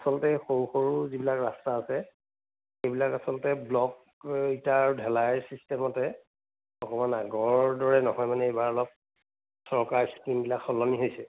আচলতে সৰু সৰু যিবিলাক ৰাস্তা আছে সেইবিলাক আচলতে ব্লক ইটা আৰু ঢালাই ছিষ্টেমতে অকণমান আগৰ দৰে নহয় মানে এইবাৰ অলপ চৰকাৰ স্কীমবিলাক সলনি হৈছে